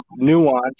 nuanced